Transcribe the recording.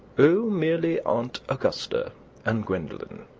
oh merely aunt augusta and gwendolen.